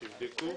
תבדקו.